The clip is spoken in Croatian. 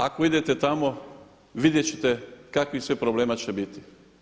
Ako idete tamo vidjeti ćete kakvih sve problema će biti.